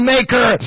Maker